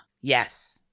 Yes